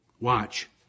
Watch